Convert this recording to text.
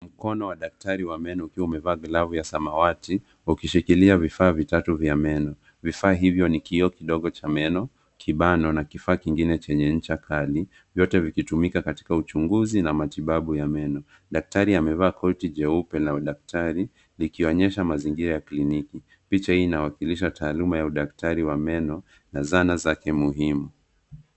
Mkono wa daktari wa meno ukiwa umevaa glavu ya samawati ukishikilia vifaa vitatu vya meno. Vifaa hivyo ni kioo kidogo cha meno, kibano na kifaa kingine chenye ncha kali, vyote vikitumika katika uchunguzi na matibabu ya meno. Daktari amevaa koti jeupe la udaktari, likionyesha mazingira ya kliniki. Picha hii inawakilisha taaluma ya udaktari wa meno na zana zake muhimu.